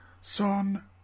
Son